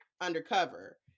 undercover